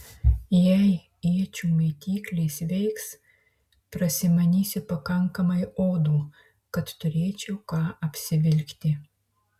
jei iečių mėtyklės veiks prasimanysiu pakankamai odų kad turėčiau ką apsivilkti